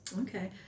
Okay